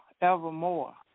evermore